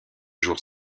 jours